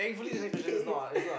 !ee! gay